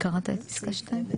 קראת את פסקה 2?